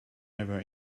never